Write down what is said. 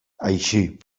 així